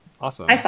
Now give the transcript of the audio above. Awesome